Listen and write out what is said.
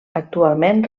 actualment